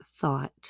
thought